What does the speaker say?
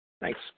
Thanks